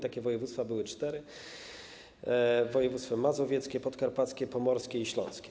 Takie województwa były cztery: mazowieckie, podkarpackie, pomorskie i śląskie.